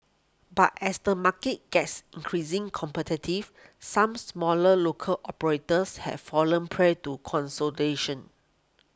but as the market gets increasing competitive some smaller local operators have fallen prey to consolidation